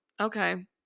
okay